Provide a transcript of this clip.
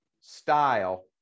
style